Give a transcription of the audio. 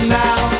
now